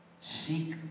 Seek